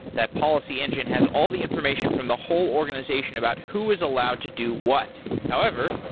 that policy engine has all the information from the whole organization about who is allowed to do what. however,